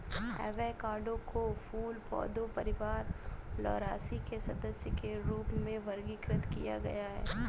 avocado को फूल पौधे परिवार लौरासी के सदस्य के रूप में वर्गीकृत किया गया है